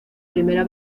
primera